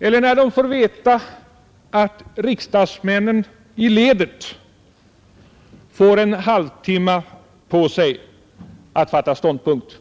Eller när de får veta att riksdagsmännen i ledet får en halvtimme på sig att fatta ståndpunkt?